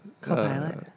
Copilot